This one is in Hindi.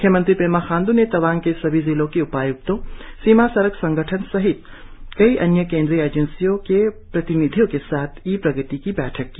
म्ख्यमंत्री पेमा खाण्ड् ने तवांग के सभी जिलों के उपाय्क्तों सीमा सड़क संगठन सहित कई अन्य केंद्रीय एजेंसियों के प्रतिनिधियों के साथ ई प्रगति की बैठक की